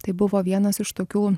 tai buvo vienas iš tokių